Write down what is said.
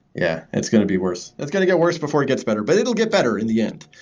yeah, it's going to be worse. that's going to get worse before it gets better, but it will get better in the end.